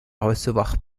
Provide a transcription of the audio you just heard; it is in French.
recevoir